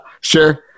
Sure